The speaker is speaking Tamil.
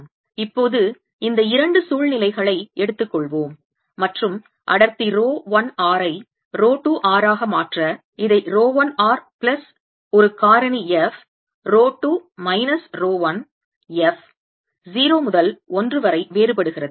இப்போது இந்த 2 சூழ்நிலைகளை எடுத்துக் கொள்வோம் மற்றும் அடர்த்தி ரோ 1 r ஐ ரோ 2 r ஆக மாற்ற இதை ரோ 1 r பிளஸ் ஒரு காரணி f row 2 minus row 1 f 0 முதல் 1 வரை வேறுபடுகிறது